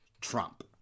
Trump